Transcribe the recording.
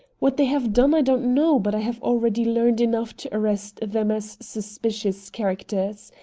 what they have done i don't know, but i have already learned enough to arrest them as suspicious characters.